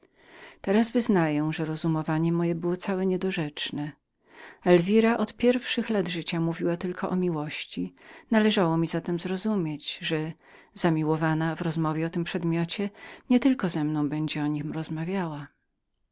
teraz wyznaję że rozumowanie moje było cale niedorzecznem elwira od pierwszych lat życia jąkała później mówiła tylko o miłości należało mi zatem zrozumieć że zamiłowana w rozmowie o tym przedmiocie nie tylko ze mną będzie o nim rozmawiała